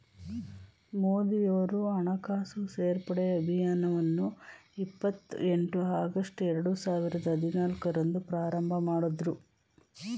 ಮೋದಿಯವರು ಹಣಕಾಸು ಸೇರ್ಪಡೆ ಅಭಿಯಾನವನ್ನು ಇಪ್ಪತ್ ಎಂಟು ಆಗಸ್ಟ್ ಎರಡು ಸಾವಿರದ ಹದಿನಾಲ್ಕು ರಂದು ಪ್ರಾರಂಭಮಾಡಿದ್ರು